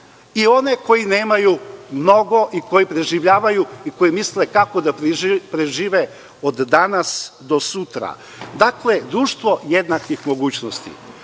i one koji nemaju mnogo i koji preživljavaju i koji misle kako da prežive od danas do sutra. Dakle, društvo jednakih mogućnosti. Ne